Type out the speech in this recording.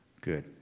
Good